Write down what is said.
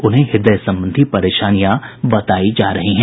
उन्हें हृदय संबंधी परेशानियां बतायी जा रही हैं